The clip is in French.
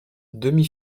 demi